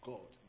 God